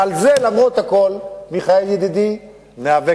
ועל זה, למרות הכול, מיכאל ידידי, ניאבק.